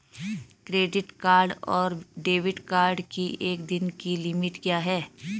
Credit card और debit card की एक दिन की लिमिट क्या है?